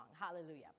hallelujah